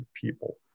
people